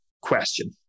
question